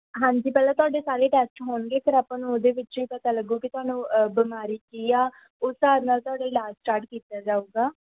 ਹਾਂਜੀ ਪਹਿਲਾਂ ਤੁਹਾਡੇ ਸਾਰੇ ਟੈਸਟ ਹੋਣਗੇ ਫਿਰ ਆਪਾਂ ਨੂੰ ਉਹਦੇ ਵਿੱਚੋਂ ਹੀ ਪਤਾ ਲੱਗੂ ਕੇ ਤੁਹਾਨੂੰ ਬਿਮਾਰੀ ਕੀ ਆ ਉਸ ਹਿਸਾਬ ਨਾਲ ਤੁਹਾਡਾ ਇਲਾਜ ਸਟਾਰਟ ਕੀਤਾ ਜਾਊਗਾ